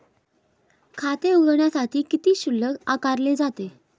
खाते उघडण्यासाठी किती शुल्क आकारले जाते?